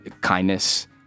kindness